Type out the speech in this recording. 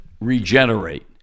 regenerate